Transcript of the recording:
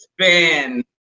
spin